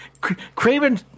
Craven